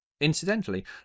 incidentally